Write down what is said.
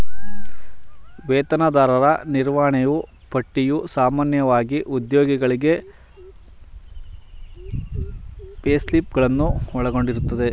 ವೇತನದಾರರ ನಿರ್ವಹಣೆಯೂ ಪಟ್ಟಿಯು ಸಾಮಾನ್ಯವಾಗಿ ಉದ್ಯೋಗಿಗಳಿಗೆ ಪೇಸ್ಲಿಪ್ ಗಳನ್ನು ಒಳಗೊಂಡಿರುತ್ತದೆ